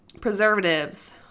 preservatives